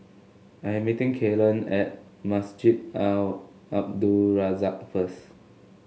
I am meeting Kalen at Masjid Al Abdul Razak first